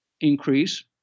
increase